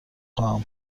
خواهم